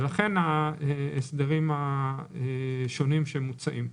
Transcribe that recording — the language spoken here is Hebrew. ולכן ההסדרים השונים שמוצעים פה.